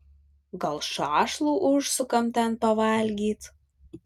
gal šašlų užsukam ten pavalgyt